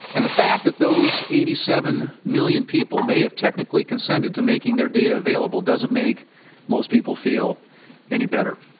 and the fact that those eighty seven million people may have technically consented to making their data available doesn't make most people feel any better.